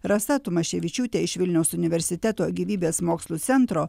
rasa tumaševičiūtė iš vilniaus universiteto gyvybės mokslų centro